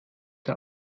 der